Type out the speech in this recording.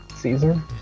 Caesar